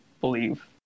believe